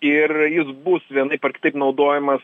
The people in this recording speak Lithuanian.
ir jis bus vienaip ar kitaip naudojamas